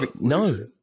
No